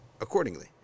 accordingly